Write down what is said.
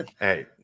Hey